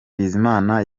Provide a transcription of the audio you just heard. bizimana